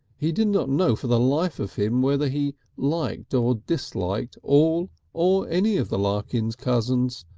he did not know for the life of him whether he liked or disliked all or any of the larkins cousins.